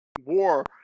war